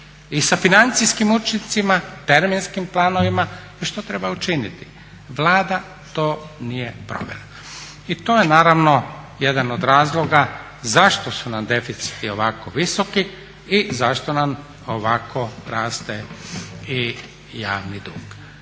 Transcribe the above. i sa financijskim učincima, terminskim planovima i što treba učiniti. Vlada to nije provela. I to je naravno jedan od razloga zašto su nam deficiti ovako visoki i zašto nam ovako raste i javni dug.